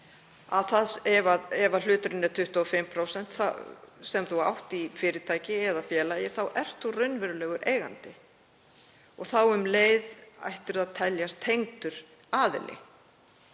2018. Ef hluturinn er 25% sem þú átt í fyrirtæki eða félagi ert þú raunverulegur eigandi. Þá um leið ættir þú að teljast tengdur aðili.